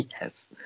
Yes